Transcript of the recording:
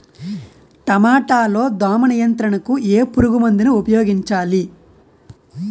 టమాటా లో దోమ నియంత్రణకు ఏ పురుగుమందును ఉపయోగించాలి?